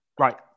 Right